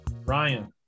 Ryan